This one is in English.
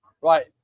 Right